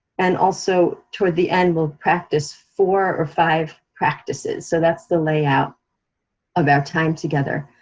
and also toward the end, we'll practice four or five practices, so that's the layout of our time together.